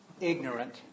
ignorant